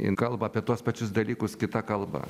jin kalba apie tuos pačius dalykus kita kalba